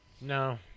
No